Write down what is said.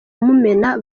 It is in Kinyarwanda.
mumena